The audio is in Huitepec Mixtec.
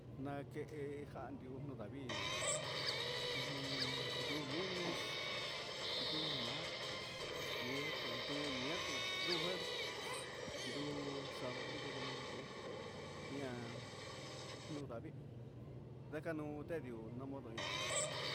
Nake'e jandio no'ó ndavii ujun ndu lunes, ndu martes, miercoles, ndu miercoles, ndu jueves, ndu sabado, undo domingo ian ndu ndavii nakadio tedi'ó namodo ña'á.